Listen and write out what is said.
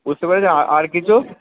বুঝতে পেরেছেন আর কিছু